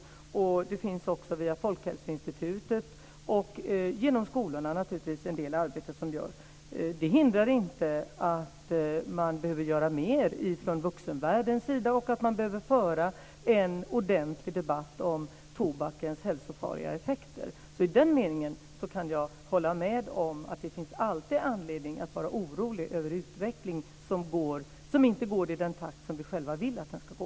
Det görs även en del arbete genom Folkhälsoinstitutet och skolorna. Det hindrar naturligtvis inte att man gör mer från vuxenvärldens sida och att man behöver föra en ordentlig debatt om tobakens hälsofarliga effekter. Så i den meningen kan jag hålla med om att det alltid finns anledning att vara orolig över en utveckling som inte går i den takt som vi själva vill att den ska gå.